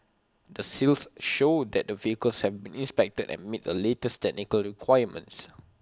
the seals show that the vehicles have been inspected and meet the latest technical requirements